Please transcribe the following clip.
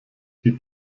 die